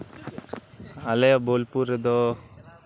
ᱟᱞᱮ ᱵᱳᱞᱯᱩᱨ ᱨᱮᱫᱚ